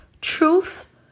truth